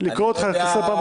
לקרוא אותך לסדר פעם ראשונה?